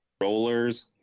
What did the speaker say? rollers